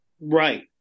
Right